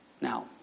Now